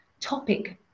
topic